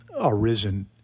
arisen